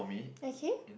okay